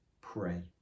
pray